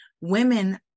women